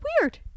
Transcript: weird